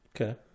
Okay